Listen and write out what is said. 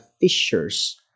fishers